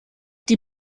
die